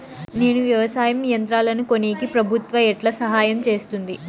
నేను వ్యవసాయం యంత్రాలను కొనేకి ప్రభుత్వ ఎట్లా సహాయం చేస్తుంది?